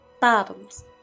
bottoms